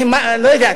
אני לא יודע,